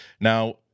Now